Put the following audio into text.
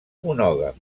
monògam